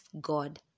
God